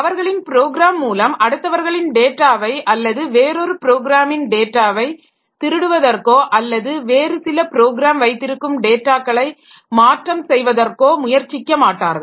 அவர்களின் ப்ரோக்ராம் மூலம் அடுத்தவர்களின் டேட்டாவை அல்லது வேறொரு ப்ரோக்ராமின் டேட்டாவை திருடுவதற்கோ அல்லது வேறு சில ப்ரோக்ராம் வைத்திருக்கும் டேட்டாக்களை மாற்றம் செய்வதற்கோ முயற்சிக்க மாட்டார்கள்